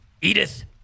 Edith